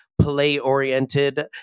play-oriented